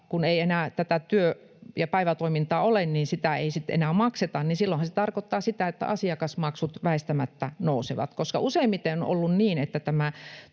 niin jos tätä työ- ja päivätoimintaa ei ole eikä työosuusrahaa siis enää makseta, sehän tarkoittaa sitä, että asiakasmaksut väistämättä nousevat, koska useimmiten on ollut niin,